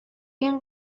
این